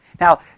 Now